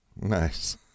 Nice